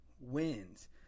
wins